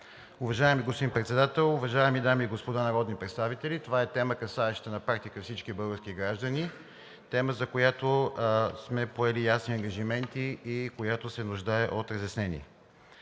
Уважаеми господин Председател, уважаеми дами и господа народни представители! Това е тема, касаеща на практика всички български граждани, тема, за която сме поели ясни ангажименти и която се нуждае от разяснение.